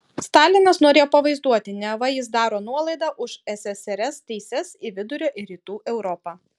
stalinas norėjo pavaizduoti neva jis daro nuolaidą už ssrs teises į vidurio ir rytų europą